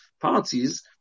parties